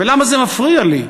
ולמה זה מפריע לי?